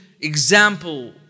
example